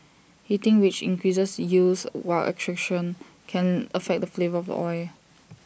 heating which increases yields while extraction can affect the flavour of the oil